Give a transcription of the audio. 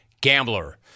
Gambler